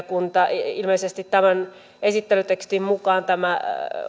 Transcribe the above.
kun ilmeisesti tämän esittelytekstin mukaan tämä